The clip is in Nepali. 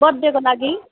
बर्थडेको लागि